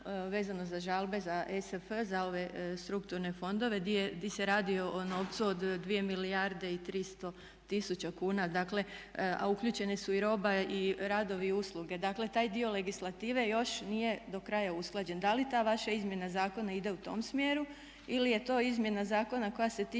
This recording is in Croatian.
vezano za žalbe, za ESF, za ove strukturne fondove di se radi o novcu od 2 milijarde i 300 tisuća kuna, a uključene su i roba i radovi i usluge. Dakle taj dio legislative još nije do kraja usklađen. Da li ta vaša izmjena zakona ide u tom smjeru ili je to izmjena zakona koja se tiče